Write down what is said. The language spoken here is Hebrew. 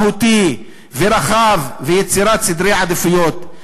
מהותי ורחב ויצירת סדרי עדיפויות,